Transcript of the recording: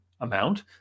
amount